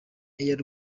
air